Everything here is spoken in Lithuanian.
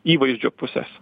įvaizdžio pusės